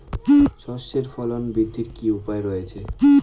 সর্ষের ফলন বৃদ্ধির কি উপায় রয়েছে?